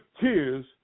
tears